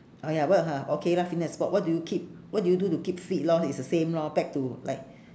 orh ya what ha okay lah fitness and sport what do you keep what do you do to keep fit lor is the same lor back to like